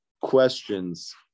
questions